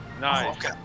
Nice